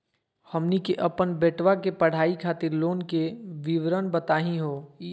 हमनी के अपन बेटवा के पढाई खातीर लोन के विवरण बताही हो?